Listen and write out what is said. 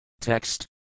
Text